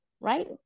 Right